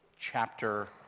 chapter